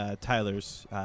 Tyler's